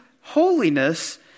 holiness